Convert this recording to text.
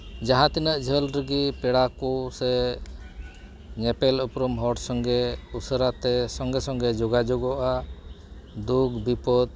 ᱡᱟᱦᱟᱸᱛᱤᱱᱟᱹᱜ ᱡᱷᱟᱹᱞ ᱨᱮᱜᱮ ᱯᱮᱲᱟ ᱠᱚ ᱥᱮ ᱧᱮᱯᱮᱞ ᱩᱯᱨᱩᱢ ᱦᱚᱲ ᱥᱚᱸᱜᱮ ᱩᱥᱟᱹᱨᱟᱛᱮ ᱥᱚᱸᱜᱮ ᱥᱚᱸᱜᱮ ᱡᱳᱜᱟᱡᱳᱜᱳᱜᱼᱟ ᱫᱩᱠᱼᱵᱤᱯᱚᱫ